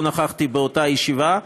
לא נכחתי באותה ישיבה.